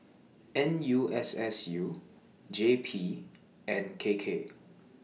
N U S S U J P and K K